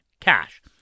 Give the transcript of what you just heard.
cash